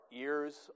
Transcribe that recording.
ears